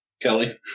Kelly